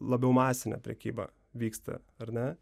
labiau masinė prekyba vyksta ar ne